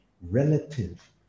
relative